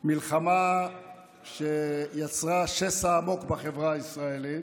מלחמה שיצרה שסע עמוק בחברה הישראלית: